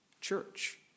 church